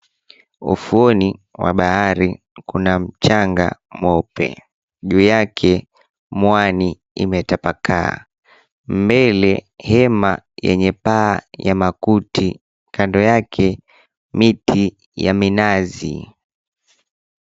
Ufuoni wa bahari kuna mchanga mweupe. Juu yake mwani imetapakaa, mbele hema yenye paa la makuti, kando yake miti ya minazi.